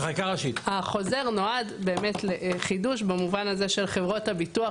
החוזר נועד באמת לחידוש במובן הזה שחברות הביטוח,